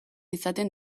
izaten